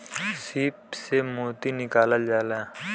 सीप से मोती निकालल जाला